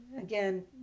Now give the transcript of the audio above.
again